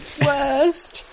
worst